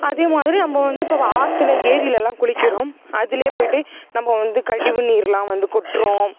அதேமாதிரி நம்ம வந்து இப்போ ஆற்றுல ஏரியிலலாம் குளிக்கிறோம் அதுலேயே போய்ட்டு நம்ம வந்து கழிவு நீர்லாம் வந்து கொட்டுறோம்